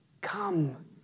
Come